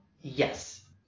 Yes